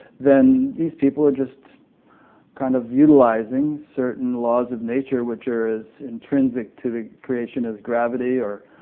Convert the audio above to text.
then these people were just kind of utilizing certain laws of nature which are as intrinsic to the creation as gravity, or